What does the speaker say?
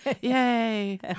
Yay